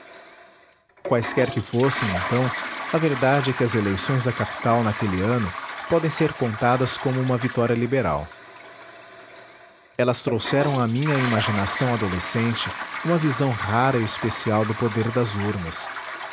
quaisquer que fossem então a verdade é que as eleições da capital naquele ano podem ser contadas como uma vitória liberal elas trouxeram à minha imaginação adolescente uma visão rara e especial do poder das urnas